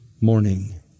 morning